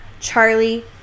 Charlie